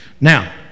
Now